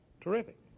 terrific